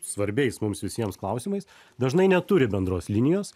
svarbiais mums visiems klausimais dažnai neturi bendros linijos